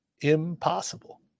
impossible